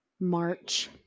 march